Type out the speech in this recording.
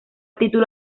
título